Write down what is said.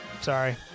Sorry